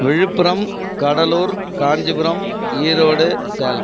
Villupuram Cuddalore Kanchipuram Erode Salem